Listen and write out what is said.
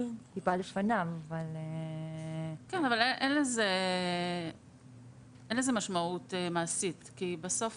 כן, אבל אין לזה משמעות מעשית כי בסוף